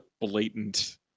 blatant